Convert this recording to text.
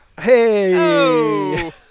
Hey